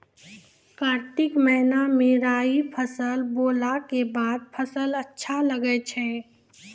कार्तिक महीना मे राई फसल बोलऽ के बाद फसल अच्छा लगे छै